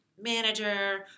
manager